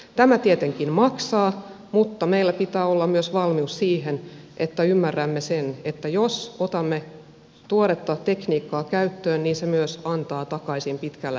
tämä tietenkin maksaa mutta meillä pitää olla myös valmius siihen että ymmärrämme sen että jos otamme tuoretta tekniikkaa käyttöön niin se myös antaa takaisin pitkällä tähtäimellä